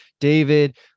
David